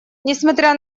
несмотря